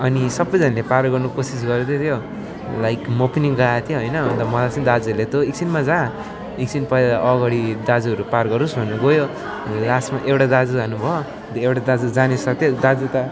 अनि सबैजनाले पार गर्नु कोसिस गर्दै थियो लाइक म पनि गएको थिएँ होइन तर मलाई चाहिँ दाजुहरूले तँ एकछिनमा जा एकछिन पहिला अगाडि दाजुहरू पार गरोस् भनेर गयो लास्टमा एउटा दाजु जानुभयो एउटा दाजु जाने साथै दाजु त